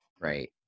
Right